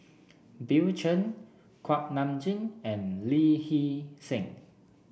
Bill Chen Kuak Nam Jin and Lee Hee Seng